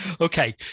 Okay